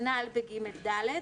כנ"ל בג', ד'.